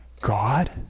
God